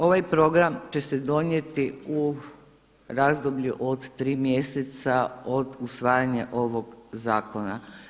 Ovaj program će se donijeti u razdoblju od 3 mjeseca od usvajanja ovog zakona.